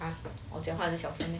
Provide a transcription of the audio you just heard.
!huh! 我讲话很小声 meh